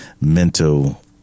mental